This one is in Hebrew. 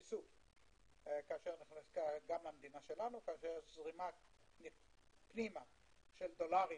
גם במדינה שלנו, כשיש זרימה פנימה של דולרים